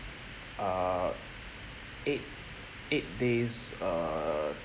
err eight eight days err